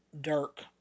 Dirk